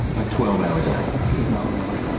a twelve hour day. if not more.